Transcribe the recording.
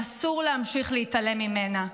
אסור להמשיך להתעלם ממנה,